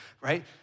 right